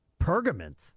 Pergament